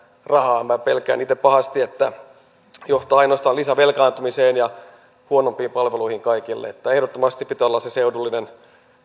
rahaa minä pelkään itse pahasti että se johtaa ainoastaan lisävelkaantumiseen ja huonompiin palveluihin kaikille ehdottomasti pitää olla sen seudullisen